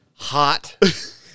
hot